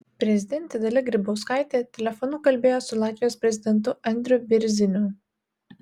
prezidentė dalia grybauskaitė telefonu kalbėjo su latvijos prezidentu andriu bėrziniu